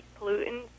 pollutants